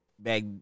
Back